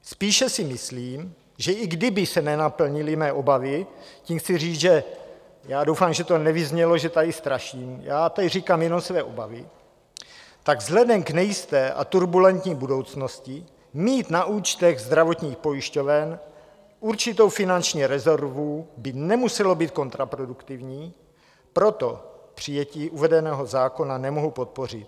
Spíše si myslím, že i kdyby se nenaplnily mé obavy tím chci říct, že já doufám, že to nevyznělo, že tady straším, já tady říkám jenom své obavy tak vzhledem k nejisté a turbulentní budoucnosti mít na účtech zdravotních pojišťoven určitou finanční rezervu by nemuselo být kontraproduktivní, proto přijetí uvedeného zákona nemohu podpořit.